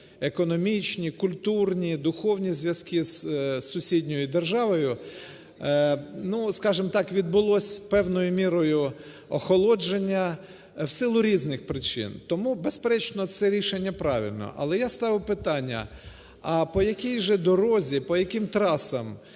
економічні, культурні, духовні зв'язки з сусідньою державою, ну, скажем так, відбулось певною мірою охолодження в силу різних причин. Тому, безперечно, це рішення правильне. Але я ставив питання, а по якій же дорозі, по яким трасам